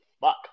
fuck